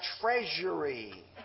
treasury